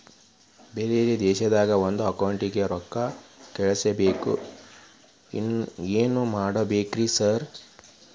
ಬ್ಯಾರೆ ದೇಶದಾಗ ಒಂದ್ ಅಕೌಂಟ್ ಗೆ ರೊಕ್ಕಾ ಕಳ್ಸ್ ಬೇಕು ಏನ್ ಮಾಡ್ಬೇಕ್ರಿ ಸರ್?